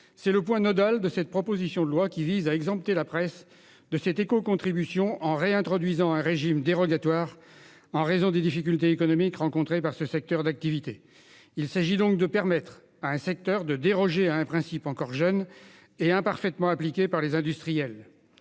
C'est le point nodal de cette proposition de loi, qui vise à exempter la presse de cette écocontribution par la réintroduction d'un régime dérogatoire en raison des difficultés économiques rencontrées par ce secteur d'activité. Il s'agit de permettre à un secteur de déroger à un principe encore jeune et imparfaitement appliqué par les industriels.